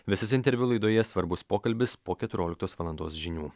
visas interviu laidoje svarbus pokalbis po keturioliktos valandos žinių